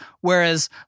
whereas